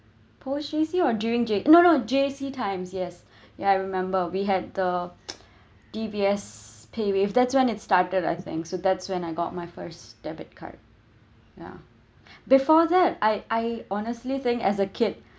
post J_C or during J_ no no J_C times yes yeah I remember we had the D_B_S paywave that's when it started I think so that's when I got my first debit card ya before that I I honestly think as a kid